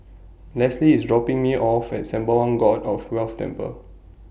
Lesly IS dropping Me off At Sembawang God of Wealth Temple